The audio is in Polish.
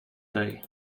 tej